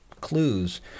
clues